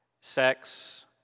sex